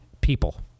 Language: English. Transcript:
people